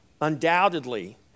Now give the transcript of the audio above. undoubtedly